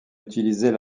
utiliser